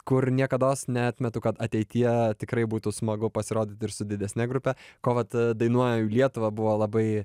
kur niekados neatmetu kad ateityje tikrai būtų smagu pasirodyt ir su didesne grupe ko vat dainuoju lietuvą buvo labai